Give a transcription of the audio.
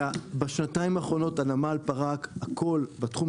בשנתיים האחרונות הנמל פרק הכול בתחום